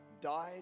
died